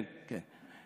כן, כן.